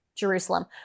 Jerusalem